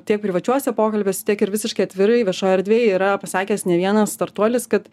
tiek privačiuose pokalbiuose tiek ir visiškai atvirai viešoj erdvėj yra pasakęs ne vienas startuolis kad